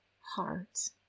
heart